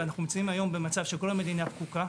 ואנו נמצאים היום במצב שכל המדינה פקוקה,